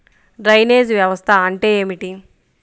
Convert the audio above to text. Drainage వ్యవస్థ అంటే ఏమిటి?